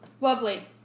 Lovely